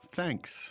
Thanks